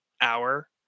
hour